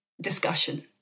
discussion